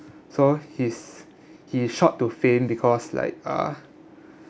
so he's he shot to fame because like uh